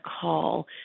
call